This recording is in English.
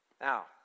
Now